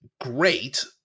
great